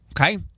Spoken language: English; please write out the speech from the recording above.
Okay